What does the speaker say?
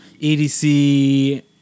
EDC